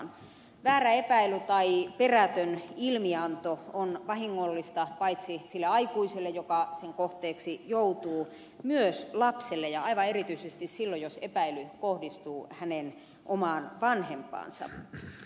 väärä epäily tai perätön ilmianto on vahingollista paitsi sille aikuiselle joka sen kohteeksi joutuu myös lapselle ja aivan erityisesti silloin jos epäily kohdistuu hänen omaan vanhempaansa